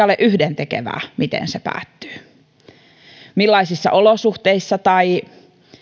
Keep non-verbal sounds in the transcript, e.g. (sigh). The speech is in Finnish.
(unintelligible) ole yhdentekevää miten se päättyy ja millaisissa olosuhteissa tai